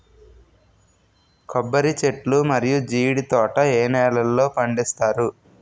కొబ్బరి చెట్లు మరియు జీడీ తోట ఏ నేలల్లో పండిస్తారు?